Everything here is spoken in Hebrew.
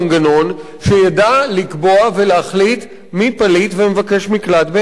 שידע לקבוע ולהחליט מי פליט ומבקש מקלט באמת.